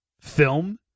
film